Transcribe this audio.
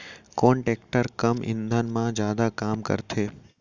कोन टेकटर कम ईंधन मा जादा काम करथे?